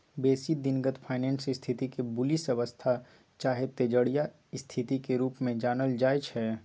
बेशी दिनगत फाइनेंस स्थिति के बुलिश अवस्था चाहे तेजड़िया स्थिति के रूप में जानल जाइ छइ